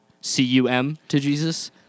C-U-M-to-Jesus